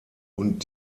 und